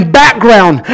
background